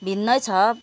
भिन्न छ